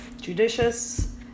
judicious